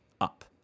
up